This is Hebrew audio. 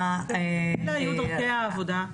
דרכי --- אלה היו דרכי העבודה.